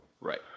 Right